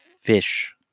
fish